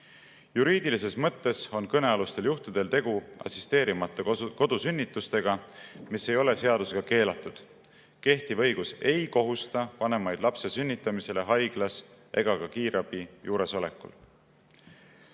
Juriidilises mõttes on kõnealustel juhtudel tegu assisteerimata kodusünnitustega, mis ei ole seadusega keelatud. Kehtiv õigus ei kohusta vanemaid lapse sünnitamisele haiglas ega ka kiirabi juuresolekul.